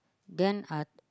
then uh